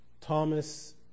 Thomas